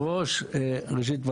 ראשית,